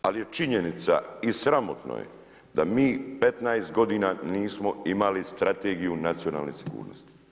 Ali je činjenica i sramotno je da mi 15 godina nismo imali Strategiju nacionalne sigurnosti.